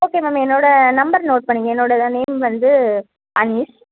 okay ma'am என்னோட number note பண்ணிங்க என்னோட நேம் வந்து அனிஷ்